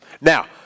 Now